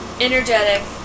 energetic